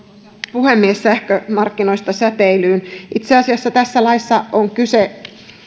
puhemies sähkömarkkinoista säteilyyn itse asiassa tässä laissa on kyse